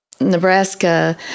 Nebraska